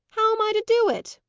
how am i to do it?